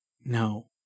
no